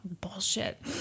Bullshit